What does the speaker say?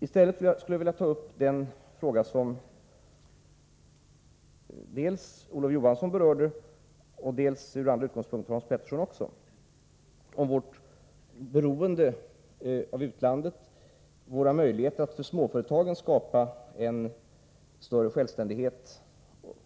I stället skulle jag vilja ta upp den fråga som Olof Johansson och — från andra utgångspunkter — Hans Petersson i Hallstahammar berörde, nämligen frågan om vårt beroende av utlandet och frågan om våra möjligheter att för småföretagen skapa en större självständighet